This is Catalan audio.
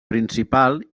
principal